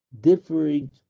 differing